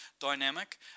dynamic